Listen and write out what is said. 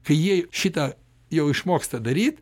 kai jie šitą jau išmoksta daryt